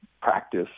practice